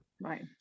Right